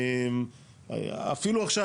אפילו עכשיו,